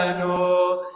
and no